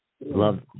Love